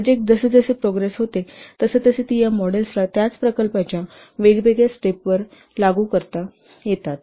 project जसजशी progress होते तसतसे ती या मॉडेल्सना त्याच प्रोजेक्टच्या वेगवेगळ्या स्टेपवर लागू करता येतात